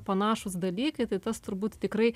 panašūs dalykai tai tas turbūt tikrai